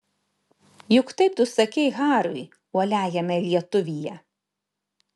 juk taip tu sakei hariui uoliajame lietuvyje